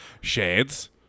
Shades